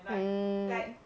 mm